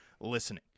listening